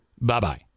Bye-bye